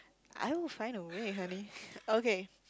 I will find a way honey okay